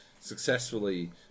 successfully